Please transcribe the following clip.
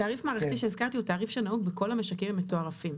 תעריף מערכתי שהזכרתי הוא תעריף שנהוג בכל המשקים המתוערפים.